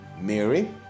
mary